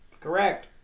Correct